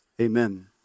Amen